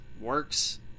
works